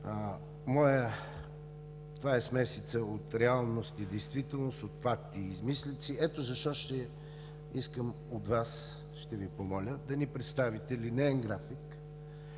Това е смесица от реалност и действителност, от факти и измислици. Ето защо искам от Вас и ще Ви помоля да ни представите линеен график